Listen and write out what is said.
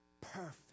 Perfect